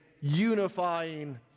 unifying